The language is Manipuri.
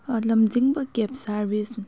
ꯂꯝꯖꯤꯡꯕ ꯀꯦꯕ ꯁꯥꯔꯕꯤꯁ